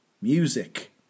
music